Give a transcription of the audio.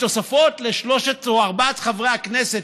התוספות לשלושת או ארבעת חברי הכנסת,